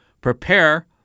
prepare